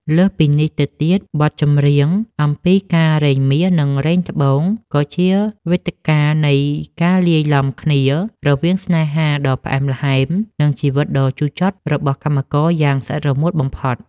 លើសពីនេះទៅទៀត បទចម្រៀងអំពីការរែងមាស និងរ៉ែត្បូងក៏ជាវេទិកានៃការលាយឡំគ្នារវាងស្នេហាដ៏ផ្អែមល្ហែម និងជីវិតដ៏ជូរចត់របស់កម្មករយ៉ាងស្អិតរមួតបំផុត។